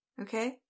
Okay